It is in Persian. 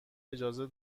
اجازه